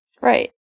Right